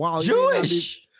Jewish